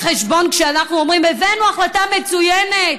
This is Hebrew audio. כשאנחנו אומרים: הבאנו החלטה מצוינת,